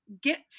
get